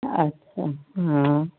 अच्छा हा